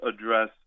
address